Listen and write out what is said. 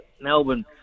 Melbourne